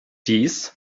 dies